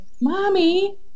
mommy